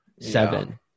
seven